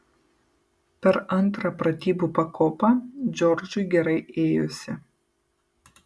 per antrą pratybų pakopą džordžui gerai ėjosi